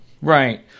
right